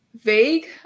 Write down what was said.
vague